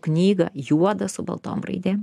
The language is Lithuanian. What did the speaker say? knygą juodą su baltom raidėm